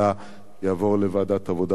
יעבור לוועדת העבודה והרווחה.